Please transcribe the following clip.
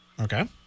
Okay